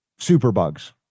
superbugs